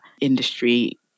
industry